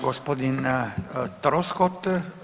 Gospodin Troskot.